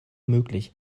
möglich